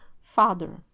father